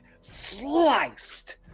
sliced